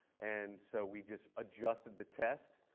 and so we just adjusted the test.